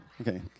Okay